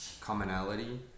commonality